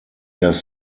das